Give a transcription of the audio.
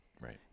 right